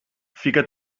fica